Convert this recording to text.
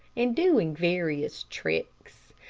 and doing various tricks.